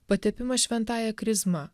patepimas šventąja krizma